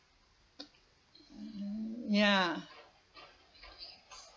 ya